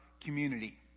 community